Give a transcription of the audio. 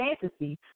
fantasy